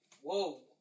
Whoa